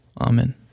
Amen